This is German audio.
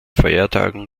feiertagen